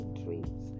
dreams